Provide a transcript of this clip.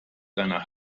deiner